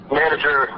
manager